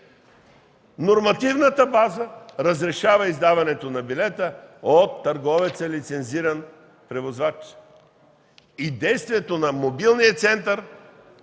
Нормативната база разрешава издаването на билета от търговеца – лицензиран превозвач. Действието на мобилния център